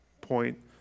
point